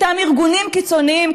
אותם ארגונים קיצוניים,